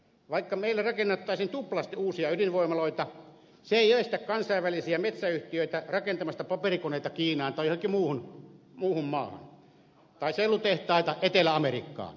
vaikka meillä rakennettaisiin tuplasti uusia ydinvoimaloita se ei estä kansainvälisiä metsäyhtiöitä rakentamasta paperikoneita kiinaan tai johonkin muuhun maahan tai sellutehtaita etelä amerikkaan